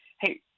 hey